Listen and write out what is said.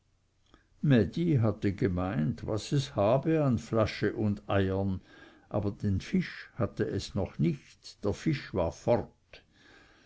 mädi hatte gemeint was es habe an flasche und eiern aber den fisch hatte es doch nicht der fisch war fort